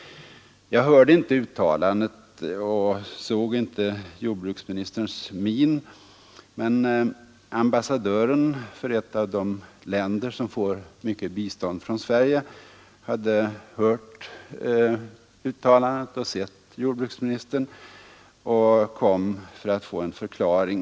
Jag hörde inte uttalandet och såg inte jordbruksministerns min, men ambassadören för ett av de länder som får mycket bistånd från Sverige hade hört uttalandet och sett jordbruksministern och kom för att få en förklaring.